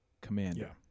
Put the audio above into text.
commander